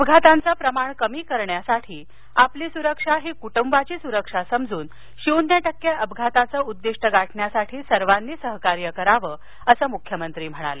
अपघातांचं प्रमाण कमी करण्यासाठी आपली सुरक्षा ही कुटुंबांची सुरक्षा समजून शून्य टक्के अपघाताचं उद्दिष्ट गाठण्यासाठी सर्वांनी सहकार्य करावं अस मुख्यमंत्री म्हणाले